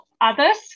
others